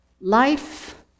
Life